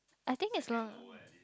I think as long